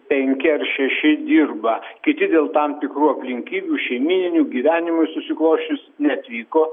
penki ar šeši dirba kiti dėl tam tikrų aplinkybių šeimyninių gyvenimui susiklosčius neatvyko